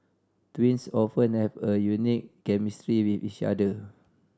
twins often have a unique chemistry with each other